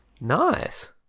Nice